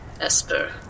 Esper